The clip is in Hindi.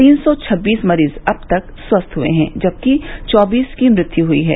तीन सौ छब्बीस मरीज अब तक स्वस्थ हुए हैं जबकि चौबीस की मृत्यु हुई है